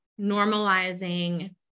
normalizing